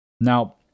Now